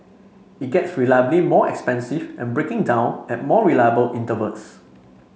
it gets reliably more expensive and breaking down at more reliable intervals